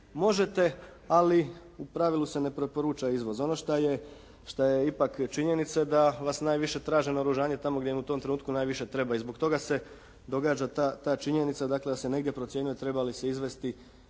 možete ali u pravilu se ne preporuča izvoz. Ono šta je, šta je ipak činjenica je da vas najviše traže naoružanje tamo gdje u tom trenutku najviše treba. I zbog toga se događa ta činjenica dakle da se negdje procjenjuje treba li se izvesti